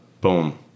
boom